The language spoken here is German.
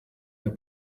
der